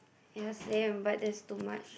ya same but that's too much